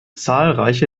zahlreiche